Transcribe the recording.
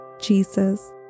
Jesus